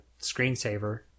screensaver